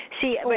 See